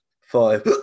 five